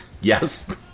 yes